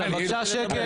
בבקשה, שקט.